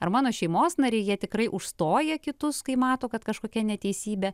ar mano šeimos nariai jie tikrai užstoja kitus kai mato kad kažkokia neteisybė